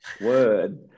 word